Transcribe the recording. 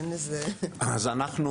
אין איזה --- אז אנחנו